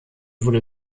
wurde